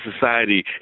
Society